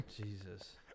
Jesus